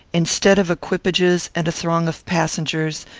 instead of equipages and a throng of passengers,